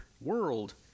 world